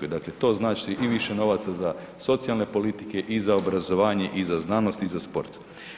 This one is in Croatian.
dakle to znači i više novaca za socijalne politike i za obrazovanje i za znanost i za sport.